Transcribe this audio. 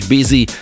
Busy